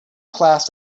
class